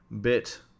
bit